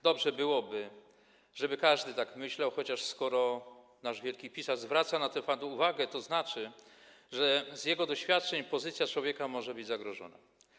Dobrze byłoby, żeby każdy tak myślał, chociaż skoro nasz wielki pisarz zwraca na ten fakt uwagę, to znaczy, że z jego doświadczeń wynikało, że pozycja człowieka może być zagrożona.